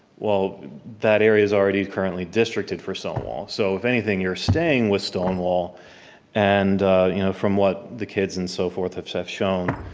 well that area is already currently districted for stonewall so if anything you're staying with stonewall and you know from what the kids and so forth have so shown,